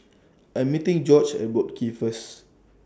I Am meeting Gorge At Boat Quay First